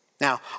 Now